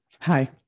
Hi